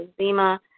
eczema